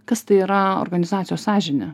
kas tai yra organizacijos sąžinė